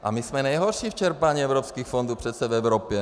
A my jsme nejhorší v čerpání evropských fondů přece v Evropě.